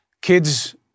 Kids